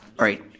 alright.